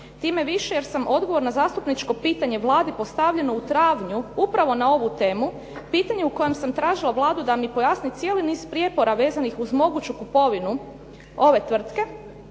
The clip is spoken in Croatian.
tim više jer sam odgovor na zastupničko pitanje Vladi postavljeno u travnju upravo na ovu temu pitanje u kojem sam tražila Vladu da mi pojasni cijeli niz prijepora vezanih uz moguću kupovinu ove tvrtke